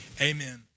Amen